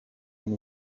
and